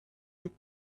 took